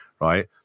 Right